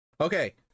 Okay